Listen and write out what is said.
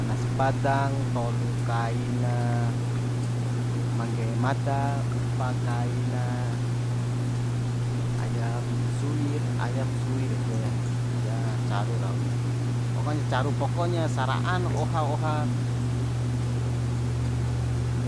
Nasi padang tolu kaina mangge mada upa kai na ayam suwir ayam suwir ede ya caru rau ni pokonya caru pokonya sara'an oha oha